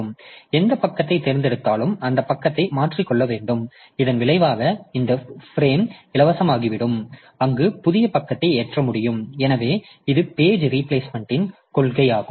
மேலும் எந்தப் பக்கத்தைத் தேர்ந்தெடுத்தாலும் அந்தப் பக்கத்தை மாற்றிக்கொள்ள வேண்டும் இதன் விளைவாக இந்த ஃபிரேம் இலவசமாகிவிடும் அங்கு புதிய பக்கத்தை ஏற்ற முடியும் எனவே இது பேஜ் ரீபிளேஸ்மெண்ட்டின் கொள்கையாகும்